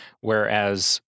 whereas